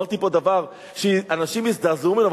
אמרתי פה דבר שאנשים הזדעזעו ממנו,